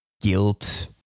guilt